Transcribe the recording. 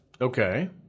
Okay